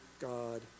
god